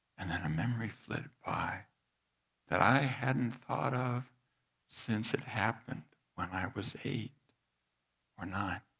and then, a memory flipped by that i hadn't thought of since it happened, when i was eight or nine.